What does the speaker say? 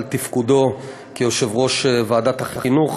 על תפקודו כיושב-ראש ועדת החינוך.